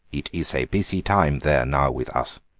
it is a busy time there now with us,